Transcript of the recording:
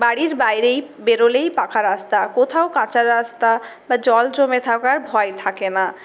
বাড়ির বাইরেই বেরোলেই পাকা রাস্তা কোথাও কাঁচা রাস্তা বা জল জমে থাকার ভয় থাকে না